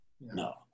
No